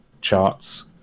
charts